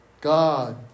God